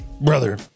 Brother